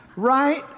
Right